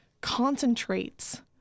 concentrates